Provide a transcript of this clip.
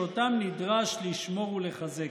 שאותם נדרש לשמור ולחזק: